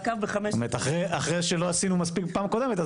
אחרי שלא עשינו מספיק פעם קודמת,